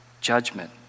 judgment